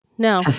No